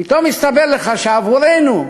פתאום מסתבר לך שעבורנו,